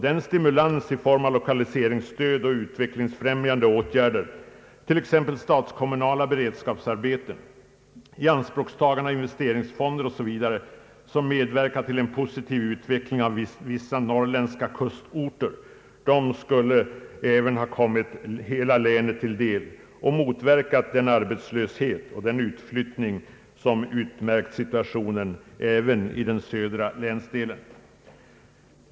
Den stimulans i form av lokaliseringsstöd och utvecklingsfrämjande åtgärder, t.ex. statskommunala beredskapsarbeten och i anspråktagande av investeringsfonder, som har medverkat till en positiv utveckling av vissa norrländska kustorter skulle även ha kommit hela vårt län till del och motverkat den arbetslöshet soh utflyttning som utmärkt situationen också i den södra länsdelen.